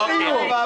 עוד איום?